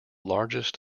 largest